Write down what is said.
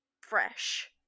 fresh